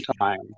time